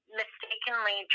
mistakenly